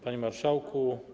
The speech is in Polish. Panie Marszałku!